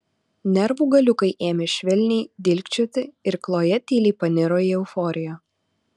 nervų galiukai ėmė švelniai dilgčioti ir kloja tyliai paniro į euforiją